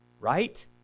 Right